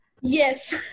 Yes